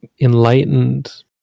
enlightened